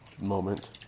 moment